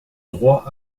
droit